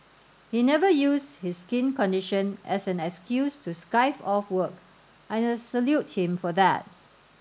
he never used his skin condition as an excuse to skive off work and I salute him for that